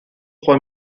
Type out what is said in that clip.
trois